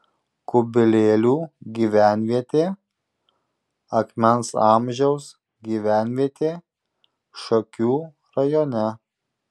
kubilėlių gyvenvietė akmens amžiaus gyvenvietė šakių rajone